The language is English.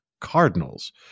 cardinals